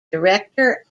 director